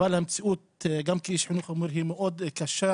אבל המציאות גם כאיש חינוך אני אומר היא מאוד קשה.